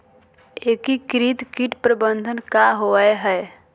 एकीकृत कीट प्रबंधन की होवय हैय?